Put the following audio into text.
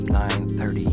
9.30